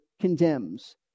condemns